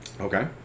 Okay